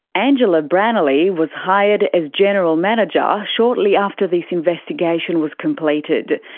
angela brannelly was hired as general manager shortly after this investigation was completed.